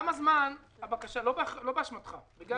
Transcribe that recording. לא באשמת היושב-ראש אלא בגלל הבחירות.